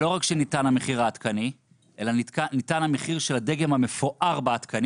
לא רק שניתן המחיר העדכני אלא ניתן המחיר של הדגם המפואר והעדכני